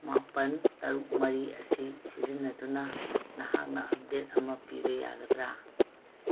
ꯃꯥꯄꯜ ꯇꯔꯨꯛ ꯃꯔꯤ ꯑꯁꯤ ꯁꯤꯖꯤꯟꯅꯗꯨꯅ ꯅꯍꯥꯛꯅ ꯑꯞꯗꯦꯗ ꯑꯃ ꯄꯤꯕ ꯌꯥꯒꯗ꯭ꯔꯥ